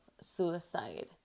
suicide